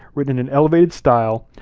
written in an elevated style,